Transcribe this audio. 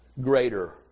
greater